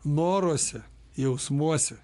noruose jausmuose